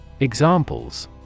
Examples